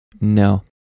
No